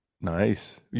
Nice